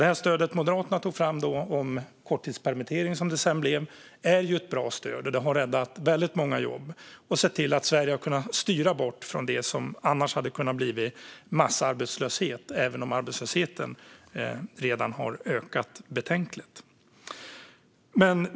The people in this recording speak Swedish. Det stöd som Moderaterna tog fram om korttidspermittering, som det sedan blev, är ju ett bra stöd. Det har räddat väldigt många jobb och sett till att Sverige har kunnat styra bort från det som annars hade kunnat bli massarbetslöshet, även om arbetslösheten redan har ökat betänkligt.